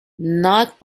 not